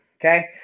okay